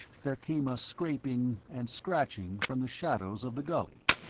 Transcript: there came a scraping and scratching from the shadows of the gully,